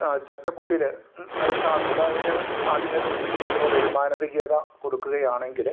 ആ ചട്ടക്കൂട്ടിൽ നിർത്താതെ കണ്ട് അതിന് ആദ്യമേ സൂചിപ്പിച്ചത് പോലൊരു മാനവികത കൊടുക്കുകയാണെങ്കിൽ